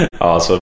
Awesome